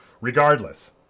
Regardless